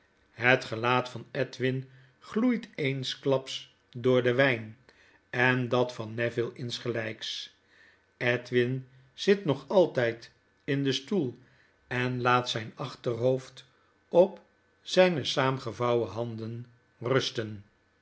het gelaat van edwin gloeit eensklaps door den wyn en dat van neville insgelyks edwin zit nog altyd in den stoel en laat zijn achterhoofd op zijne saamgevouwen handen rusten